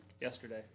Yesterday